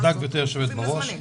תודה גברתי יושבת הראש.